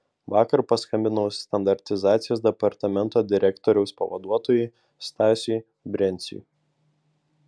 vakar paskambinau standartizacijos departamento direktoriaus pavaduotojui stasiui brenciui